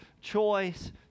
choice